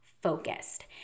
Focused